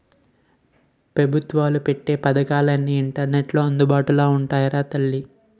పెబుత్వాలు ఎట్టే పదకాలన్నీ ఇంటర్నెట్లో అందుబాటులో ఉంటాయిరా తల్లీ